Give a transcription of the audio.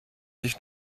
dich